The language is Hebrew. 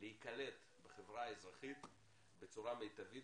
להיקלט בחברה האזרחית בצורה מיטבית,